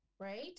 Right